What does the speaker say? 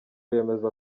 yemeza